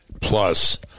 plus